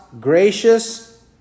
gracious